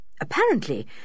Apparently